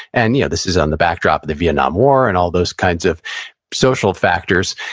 and yeah this is on the backdrop of the vietnam war, and all those kinds of social factors.